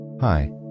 Hi